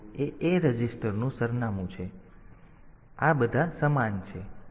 તેથી e0 એ A રજિસ્ટરનું સરનામું છે તેથી આ બધા સમાન છે